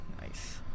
Nice